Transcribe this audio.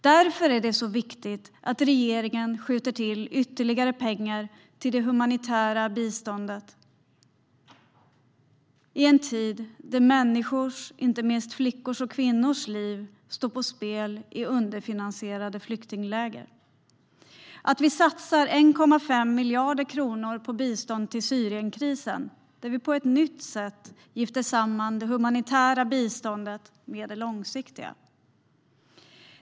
Därför är det viktigt att regeringen skjuter till ytterligare pengar till det humanitära biståndet i en tid där människors, inte minst flickors och kvinnors, liv står på spel i underfinansierade flyktingläger. Därför är det viktigt att vi satsar 1,5 miljarder kronor på bistånd till Syrienkrisen, där vi på ett nytt sätt gifter samman det humanitära biståndet med det långsiktiga.